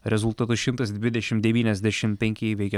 rezultatu šimtas dvidešimt devyniasdešimt penki įveikė